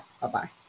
Bye-bye